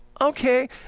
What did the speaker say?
okay